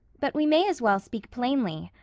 but we may as well speak plainly.